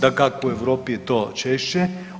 Dakako, u Europi je to češće.